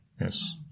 yes